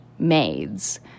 maids